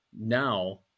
now